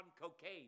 cocaine